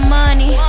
money